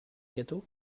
gâteau